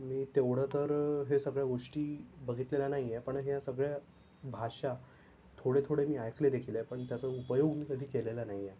मी तेवढं तर हे सगळ्या गोष्टी बघितलेल्या नाही आहे पण हे सगळ्या भाषा थोडे थोडे मी ऐकलेदेखील आहे पण त्याचा उपयोग मी कधी केलेला नाही आहे